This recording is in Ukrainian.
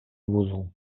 вузол